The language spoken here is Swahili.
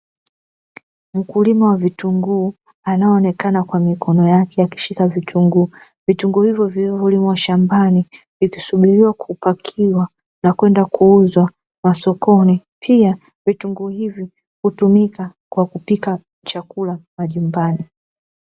Mkulima wa vitunguu, anayeonekana kwenye mikono yake akishika vitunguu. Vitunguu hivyo vilivyolimwa shambani, vikisubiriwa kupakiwa na kwenda kuuzwa masokoni, pia vitunguu hivi hutumika kwa kupika chakula majumbani.